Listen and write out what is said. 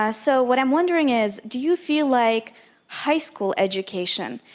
ah so what i'm wondering is, do you feel like high school education,